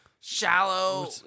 shallow